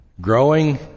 Growing